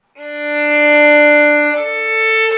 a,